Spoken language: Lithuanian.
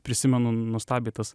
prisimenu nuostabiai